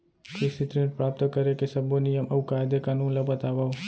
कृषि ऋण प्राप्त करेके सब्बो नियम अऊ कायदे कानून ला बतावव?